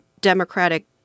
Democratic